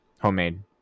homemade